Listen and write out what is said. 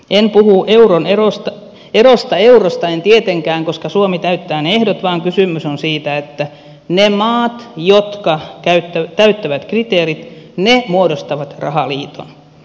en puhu erosta eurosta en tietenkään koska suomi täyttää ne ehdot vaan kysymys on siitä että ne maat jotka täyttävät kriteerit muodostavat rahaliiton